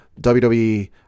WWE